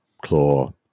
claw